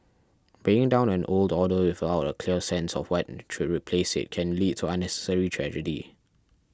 bringing down an old order without a clear sense of what should replace it can lead to unnecessary tragedy